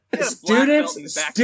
Students